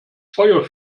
feuer